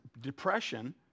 depression